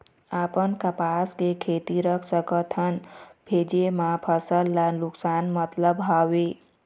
अपन कपास के खेती रख सकत हन भेजे मा फसल ला नुकसान मतलब हावे?